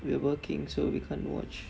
we are working so we can't watch